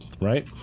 right